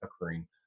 occurring